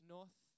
North